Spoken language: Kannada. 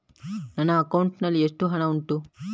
ನನ್ನ ಅಕೌಂಟ್ ನಲ್ಲಿ ಎಷ್ಟು ಹಣ ಉಂಟು?